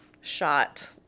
shot